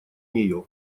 нее